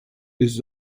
ist